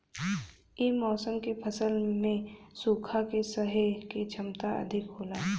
ये मौसम के फसल में सुखा के सहे के क्षमता अधिका होला